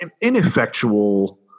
ineffectual